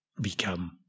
become